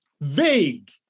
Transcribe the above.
vague